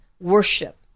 worship